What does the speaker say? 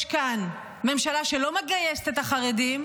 יש כאן ממשלה שלא מגייסת את החרדים,